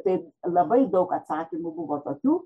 taip labai daug atsakymų buvo tokių